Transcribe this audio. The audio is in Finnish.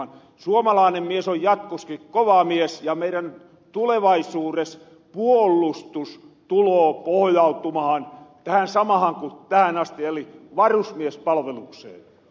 suomalaanen mies on jatkoski kova mies ja meidän tulevaisuures puolustus tuloo pohjautumahan tähän samahan ku tähän asti eli varusmiespalvelukseen